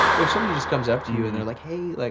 but if somebody just comes up to you and they're like hey, like